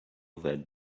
that